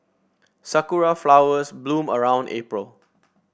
sakura flowers bloom around April